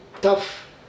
tough